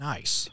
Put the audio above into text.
Nice